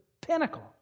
pinnacle